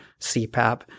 CPAP